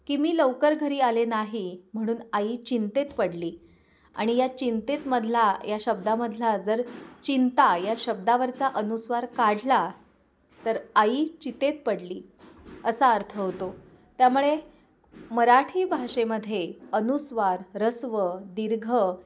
की मी लवकर घरी आले नाही म्हणून आई चिंतेत पडली आणि या चिंतेत मधला या शब्दामधला जर चिंता या शब्दावरचा अनुस्वार काढला तर आई चितेत पडली असा अर्थ होतो त्यामुळे मराठी भाषेमध्ये अनुस्वार ऱ्हस्व दीर्घ